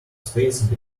space